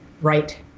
right